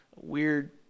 weird